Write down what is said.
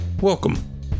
Welcome